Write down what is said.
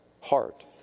heart